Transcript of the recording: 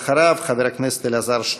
ואחריו, חבר הכנסת אלעזר שטרן.